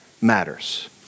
matters